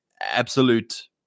absolute